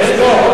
יש הסתייגויות?